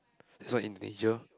is all Indonesia